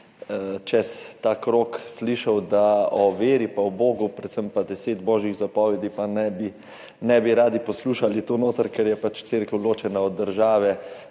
čez ta krog slišal, da o veri pa o Bogu, predvsem pa o desetih božjih zapovedih, pa ne bi radi poslušali tu notri, ker je pač cerkev ločena od države.